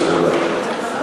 תודה.